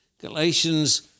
Galatians